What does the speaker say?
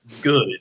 good